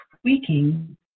tweaking